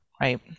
Right